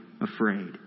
afraid